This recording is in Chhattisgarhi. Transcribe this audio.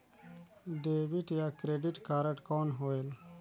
डेबिट या क्रेडिट कारड कौन होएल?